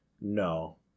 No